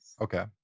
Okay